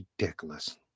ridiculous